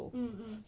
mm mm